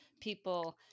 people